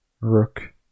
Rook